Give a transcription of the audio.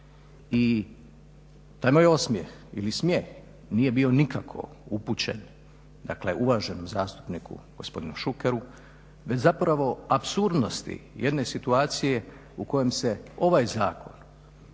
I taj moj osmijeh ili smijeh nije bio nikako upućen uvaženom zastupniku gospodinu Šukeru već zapravo jedne apsurdnosti jedne situacije u kojem se ovaj zakon